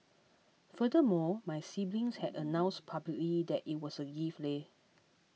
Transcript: furthermore my siblings had announced publicly that it was a gift leh